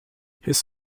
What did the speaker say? his